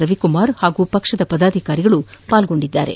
ರವಿಕುಮಾರ್ ಹಾಗೂ ಪಕ್ಷದ ಪದಾಧಿಕಾರಿಗಳು ಪಾಲ್ಗೊಂಡಿದ್ದಾರೆ